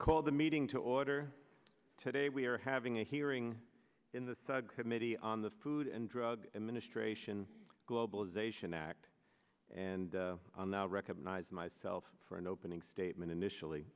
call the meeting to order today we are having a hearing in the subcommittee on the food and drug administration globalization act and on the recognize myself for an opening statement initially